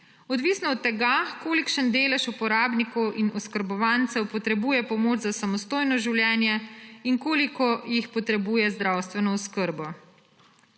odvisno od tega, kolikšen delež uporabnikov in oskrbovancev potrebuje pomoč za samostojno življenje in koliko jih potrebuje zdravstveno oskrbo.